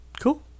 Cool